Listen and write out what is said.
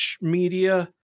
Media